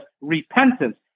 repentance